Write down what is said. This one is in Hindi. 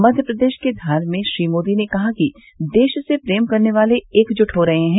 मक्य प्रदेश के धार में श्री मोदी ने कहा कि देश से प्रेम करने वाले एकजुट हो रहे हैं